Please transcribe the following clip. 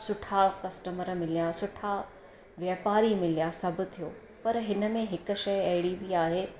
सुठा कस्टमर मिलिया सुठा वापारी मिलिया सभु थियो पर हिन में हिक शइ अहिड़ी बि आहे